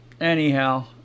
anyhow